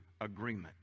agreement